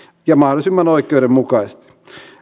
ja mahdollisimman oikeudenmukaisesti